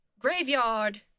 graveyard